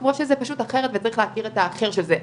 כמו שזה פשוט אחרת וצריך להכיר את האחר שזה,